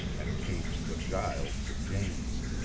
and changed the giles to james.